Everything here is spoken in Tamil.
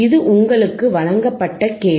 இது உங்களுக்கு வழங்கப்பட்ட கேள்வி